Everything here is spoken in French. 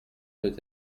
peut